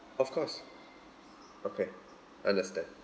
of course okay understand